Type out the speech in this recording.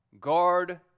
guard